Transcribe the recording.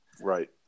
Right